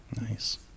Nice